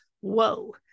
Whoa